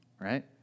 right